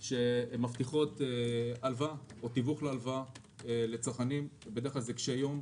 שמבטיחות הלוואה או תיווך להלוואה לצרכנים קשי-יום,